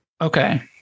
okay